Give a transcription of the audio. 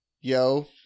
Yo